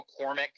McCormick